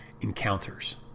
encounters